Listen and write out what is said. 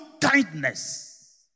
kindness